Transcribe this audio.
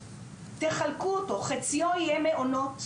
תחלקו אותו חציו יהיה מעונות,